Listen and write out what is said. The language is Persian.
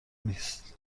نیست